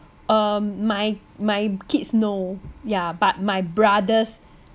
um my my kids no yeah but my brother's